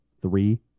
three